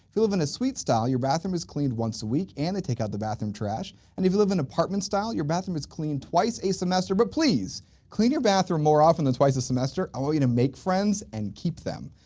you live in a suite style your bathroom is cleaned once a week, and they take out the bathroom trash. and if you live in an apartment style your bathroom is cleaned twice a semester. but please clean your bathroom more often than twice a semester! i want you to make friends and keep them!